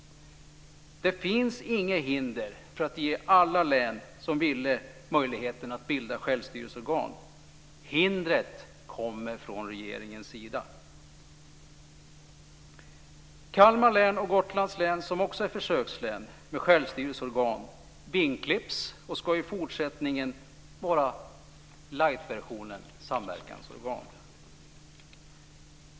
Det finns inget hinder för att ge alla län som vill det möjligheten att bilda självstyrelsorgan. Hindret kommer från regeringens sida. Kalmar län och Gotlands län, som också är försökslän med självstyrelseorgan, vingklipps och ska i fortsättningen ha light-versionen samverkansorgan.